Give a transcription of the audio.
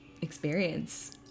experience